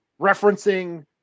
referencing